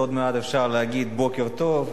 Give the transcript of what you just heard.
עוד מעט אפשר להגיד בוקר טוב.